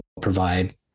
provide